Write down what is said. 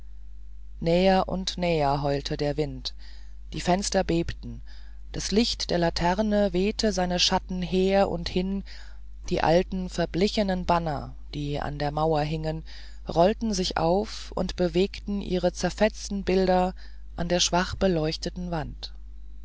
näher und näher heulte der wind die fenster bebten das licht der laterne wehte seine schatten her und hin die alten verblichenen banner die an der mauer hingen rollten sich auf und bewegten ihre zerfetzten bilder an der schwach beleuchteten wand